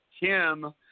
Kim